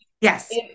Yes